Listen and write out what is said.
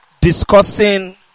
discussing